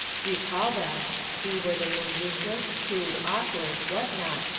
recall them see where they were useless, crude, awkward, what not,